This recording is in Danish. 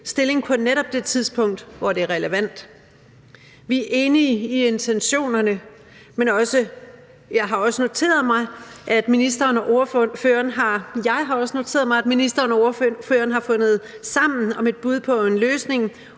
stilling på det tidspunkt, hvor det er relevant. Vi er enige i intentionerne, men jeg har også noteret mig, at ministeren og ordføreren har fundet sammen om et bud på en løsning,